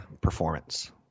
performance